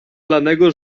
lanego